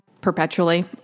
perpetually